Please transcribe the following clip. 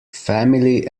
family